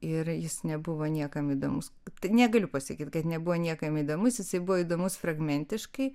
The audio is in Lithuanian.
ir jis nebuvo niekam įdomus tai negaliu pasakyti kad nebuvo niekam įdomus jisai buvo įdomus fragmentiškai